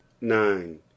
nine